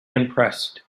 impressed